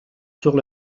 sur